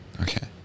okay